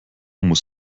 muss